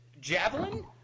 Javelin